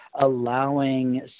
allowing